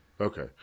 okay